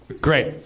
Great